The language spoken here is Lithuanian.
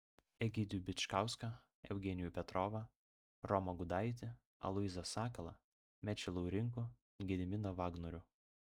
egidijų bičkauską eugenijų petrovą romą gudaitį aloyzą sakalą mečį laurinkų gediminą vagnorių